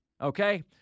okay